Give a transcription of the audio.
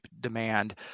demand